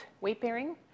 weight-bearing